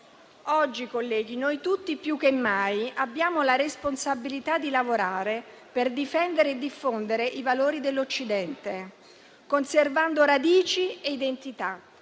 Oggi, colleghi, noi tutti più che mai abbiamo la responsabilità di lavorare per difendere e diffondere i valori dell'Occidente, conservando radici e identità.